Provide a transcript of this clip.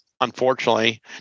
unfortunately